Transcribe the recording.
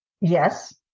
Yes